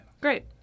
Great